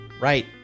right